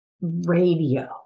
Radio